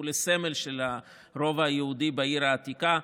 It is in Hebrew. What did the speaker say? לסמל של הרובע היהודי בעיר העתיקה,